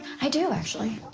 i do, actually.